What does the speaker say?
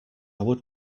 would